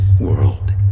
world